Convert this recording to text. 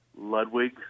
Ludwig